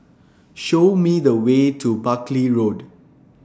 Show Me The Way to Buckley Road